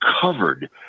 covered